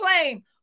claim